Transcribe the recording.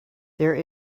there